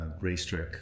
racetrack